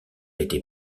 été